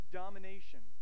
domination